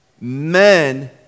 Men